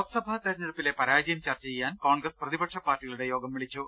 ലോക്സഭാ തെരഞ്ഞെടുപ്പിലെ പ്രാജയം ചർച്ച ചെയ്യാൻ കോൺഗ്രസ് പ്രതിപക്ഷ പാർട്ടികളുടെ ്യോഗം വിളിച്ചു